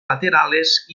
laterales